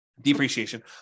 depreciation